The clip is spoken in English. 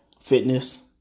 fitness